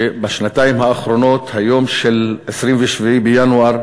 שבשנתיים האחרונות היום של 27 בינואר